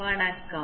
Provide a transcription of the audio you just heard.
வணக்கம்